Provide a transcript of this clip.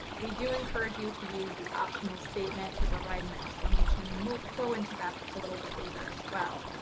we do encourage you to use the optional statement to provide an explanation. and we'll go into that a little bit later as well.